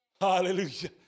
Hallelujah